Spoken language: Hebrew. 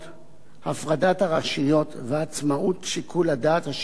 הפרדת הרשויות ועצמאות שיקול הדעת השיפוטי,